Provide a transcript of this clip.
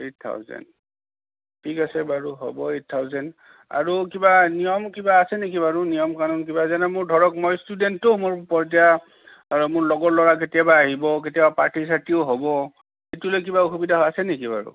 eight thousand ঠিক আছে বাৰু হ'ব এইট থাউজেণ্ট আৰু কিবা নিয়ম কিবা আছে নেকি বাৰু নিয়ম কানুন যেনে ধৰক মই ষ্টুডেণ্টতো মোৰ মোৰ লগৰ ল'ৰা কেতিয়াবা আহিব কেতিয়াবা পাৰ্টি চাৰ্টিও হ'ব সেইটো লৈ কিবা অসুবিধা আছে নেকি বাৰু